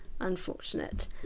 unfortunate